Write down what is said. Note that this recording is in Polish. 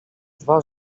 dwa